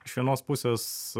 iš vienos pusės